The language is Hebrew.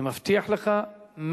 אני מבטיח לך,